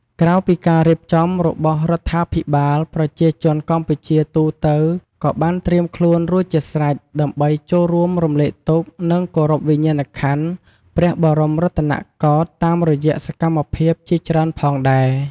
ក្រៅពីការរៀបចំរបស់រដ្ឋាភិបាល ប្រជាជនកម្ពុជាទូទៅក៏បានត្រៀមខ្លួនរួចជាស្រេច ដើម្បីចូលរួមរំលែកទុក្ខ និងគោរពវិញ្ញាណក្ខន្ធព្រះបរមរតនកោដ្ឋតាមរយៈសកម្មភាពជាច្រើនផងដែរ។